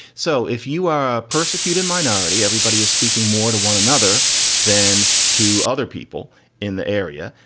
so if you are a persecuted minority, everybody is speaking more to one another than to other people in the area.